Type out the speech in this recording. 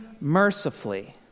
mercifully